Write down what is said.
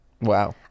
Wow